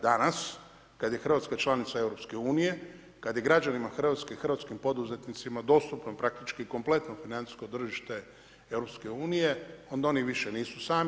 Danas kad je Hrvatska članica EU-a, kad je građanima Hrvatske i hrvatskim poduzetnicima dostupno praktički kompletno financijsko tržište EU-a, onda oni više nisu sami.